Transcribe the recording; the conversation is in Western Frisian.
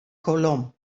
kolom